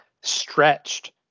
stretched